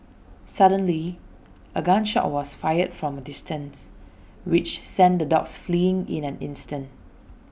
suddenly A gun shot was fired from A distance which sent the dogs fleeing in an instant